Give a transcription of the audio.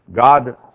God